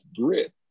grit